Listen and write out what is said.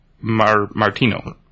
Martino